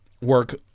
work